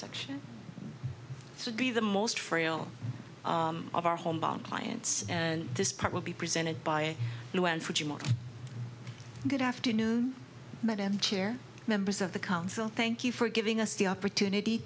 section would be the most frail of our homebound clients and this part will be presented by good afternoon madam chair members of the council thank you for giving us the opportunity